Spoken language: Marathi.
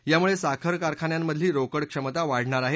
यामुळे साखर कारखान्यांमधली रोकड क्षमता वाढणार आहे